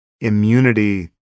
immunity